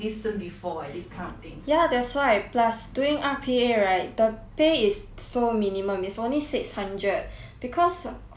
ya that's why plus doing R_P_A right the pay is so minimum it's only six hundred because for our semester right